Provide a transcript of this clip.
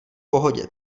pohodě